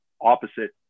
opposite